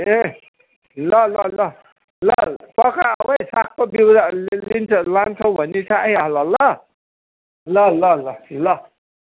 ए ल ल ल ल पक्का आऊ है सागको बिउ लिन्छ लान्छौ भनी चाहिँ आइहाल ल ल ल ल ल